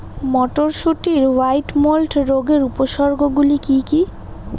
মটরশুটির white mould রোগের উপসর্গগুলি কী কী?